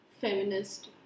feminist